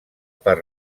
per